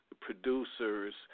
producers